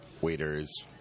waiters